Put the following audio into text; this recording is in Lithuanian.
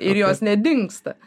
ir jos nedingsta